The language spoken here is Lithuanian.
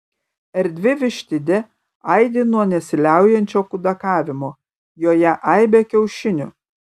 erdvi vištidė aidi nuo nesiliaujančio kudakavimo joje aibė kiaušinių